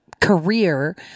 career